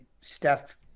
Steph